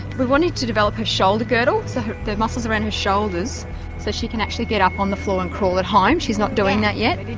we are wanting to develop her shoulder girdle so the muscles around her shoulders so she can actually get up on the floor and crawl at home she's not doing that yet.